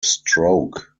stroke